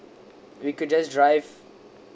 we could just drive